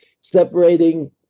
separating